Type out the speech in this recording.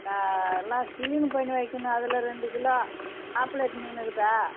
நல்லா க்ளீனு பண்ணி வைக்கணும் அதில் ரெண்டு கிலோ பாப்புலேட் மீன் இருக்குதா